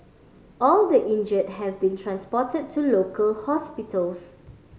all the injured have been transported to local hospitals